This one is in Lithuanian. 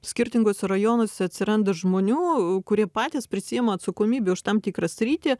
skirtinguose rajonuose atsiranda žmonių kurie patys prisiėma atsakomybę už tam tikrą sritį